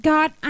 God